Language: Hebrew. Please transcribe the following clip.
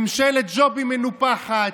ממשלת ג'ובים מנופחת,